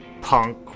punk